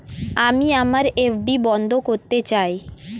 আমি আমার এফ.ডি বন্ধ করতে চাই